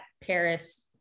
Paris